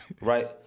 right